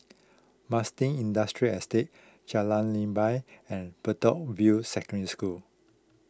Marsiling Industrial Estate Jalan Leban and Bedok View Secondary School